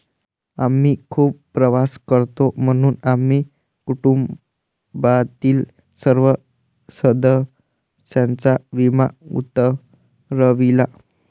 आम्ही खूप प्रवास करतो म्हणून आम्ही कुटुंबातील सर्व सदस्यांचा विमा उतरविला